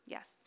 Yes